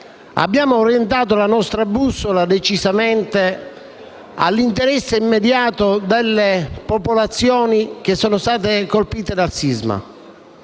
abbiamo orientato la nostra bussola decisamente all'interesse immediato delle popolazioni che sono state colpite dal sisma.